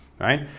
right